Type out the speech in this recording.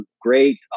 great